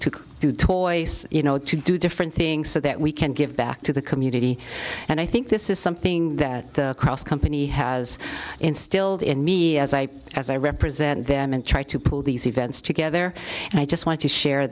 to do toys you know to do different things so that we can give back to the community and i think this is something that the cross company has instilled in me as i as i represent them and try to pull these events together and i just want to share